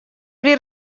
при